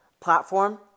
platform